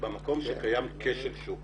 אני ארצה את זה במקום שקיים כשל שוק.